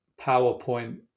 PowerPoint